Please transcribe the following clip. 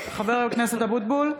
(קוראת בשם חבר הכנסת) משה אבוטבול,